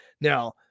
Now